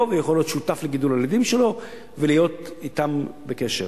ויוכל להיות שותף לגידול הילדים שלו ולהיות אתם בקשר.